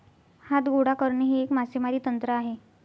हात गोळा करणे हे एक मासेमारी तंत्र आहे